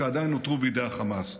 שעדיין נותרו בידי החמאס.